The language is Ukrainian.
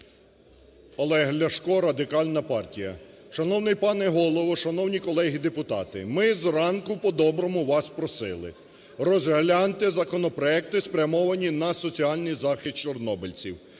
Олег Ляшко, Радикальна партія. Шановний пане Голово! Шановні колеги депутати! Ми зранку по-доброму вас просили: розгляньте законопроекти, спрямовані на соціальний захист чорнобильців.